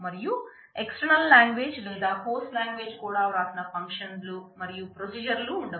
మరియు SQL లోనే వ్రాసిన ఫంక్షన్లు ఉండవచ్చు